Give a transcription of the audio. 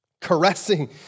caressing